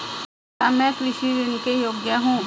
क्या मैं कृषि ऋण के योग्य हूँ?